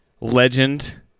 legend